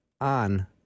on